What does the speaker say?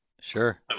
sure